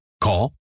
Call